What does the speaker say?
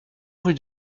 rue